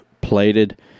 plated